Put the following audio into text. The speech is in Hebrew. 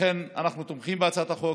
לכן אנחנו תומכים בהצעת החוק,